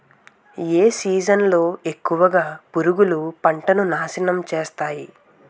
ఏ season లో ఎక్కువుగా పురుగులు పంటను నాశనం చేస్తాయి?